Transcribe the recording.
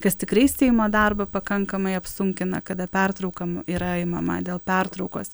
kas tikrai seimo darbą pakankamai apsunkina kada pertraukam yra imama dėl pertraukos